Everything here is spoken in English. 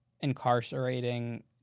incarcerating